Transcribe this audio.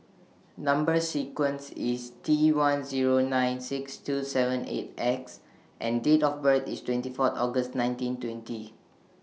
Number sequence IS T one Zero nine six two seven eight X and Date of birth IS twenty four August nineteen twenty